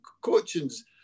coaching's